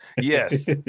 Yes